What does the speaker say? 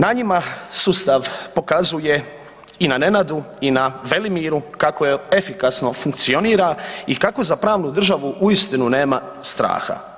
Na njima sustav pokazuje i na Nenadu i na Velimiru kako je efikasno funkcionira i kako za pravnu državu uistinu nema straha.